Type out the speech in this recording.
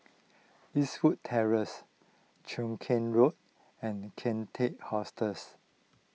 Eastwood Terrace Cheow Keng Road and Kian Teck Hostel